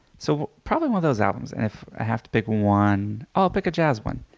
so probably one of those albums. and if i have to pick one, i'll pick a jazz one.